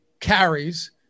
carries